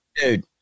dude